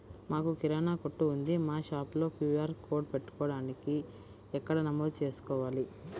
మాకు కిరాణా కొట్టు ఉంది మా షాప్లో క్యూ.ఆర్ కోడ్ పెట్టడానికి ఎక్కడ నమోదు చేసుకోవాలీ?